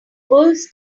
wolves